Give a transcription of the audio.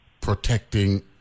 protecting